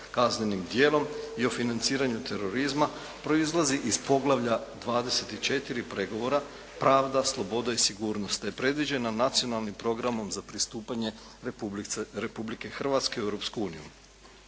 kaznenim djelom i o financiranju terorizma proizlazi iz poglavlja 24. pregovora – Pravda, sloboda i sigurnost, te je predviđena Nacionalnim programom za pristupanje Republike Hrvatske u Europsku uniju.